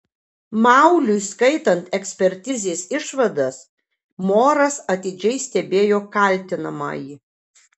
mauliui skaitant ekspertizės išvadas moras atidžiai stebėjo kaltinamąjį